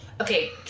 Okay